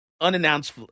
Unannounced